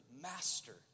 master